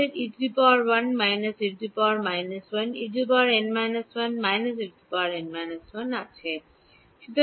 আমাদের E1 E1 E n 1 E n 1